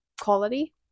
quality